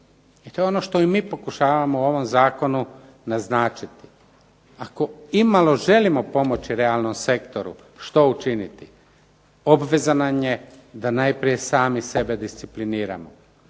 I to je ono što i mi pokušavamo u ovom zakonu naznačiti. Ako imalo želimo pomoći realnom sektoru što učiniti? Obveza nam je da najprije sami sebe discipliniramo,